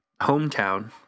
hometown